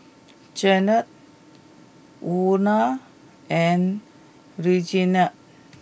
Janae Luna and Reginald